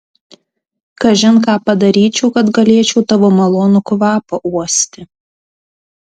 kažin ką padaryčiau kad galėčiau tavo malonų kvapą uosti